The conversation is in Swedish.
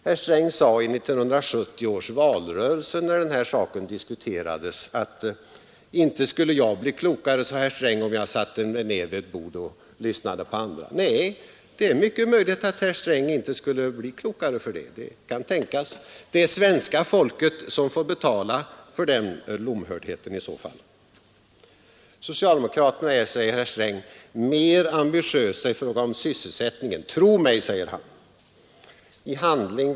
Herr Sträng sade i 1970 års valrörelse när den här saken diskuterades: ”Inte skulle jag bli klokare, om jag satte mig ned vid ett bord och lyssnade på andra.” Nej, det kan tänkas att herr Sträng inte skulle bli klokare för det. I så fall är det svenska folket som får betala för den lomhörd heten. ”Socialdemokraterna är mer ambitiösa i fråga om sysselsättningen, tro mig”, säger herr Sträng.